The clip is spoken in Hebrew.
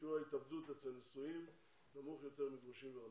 שיעור ההתאבדות אצל נשואים נמוך יותר מגרושים ורווקים.